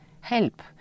help